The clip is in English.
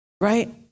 Right